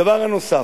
דבר נוסף,